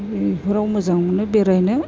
बेफोराव मोजां मोनो बेरायनो